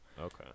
Okay